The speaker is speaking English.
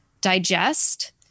digest